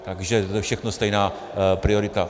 Takže to je všechno stejná priorita.